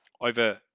over